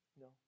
No